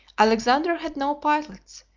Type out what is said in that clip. alexander had no pilots,